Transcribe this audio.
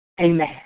amen